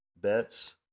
bets